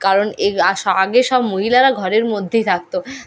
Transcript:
কারণ এগ আস আগে সব মহিলারা ঘরের মধ্যেই থাকতো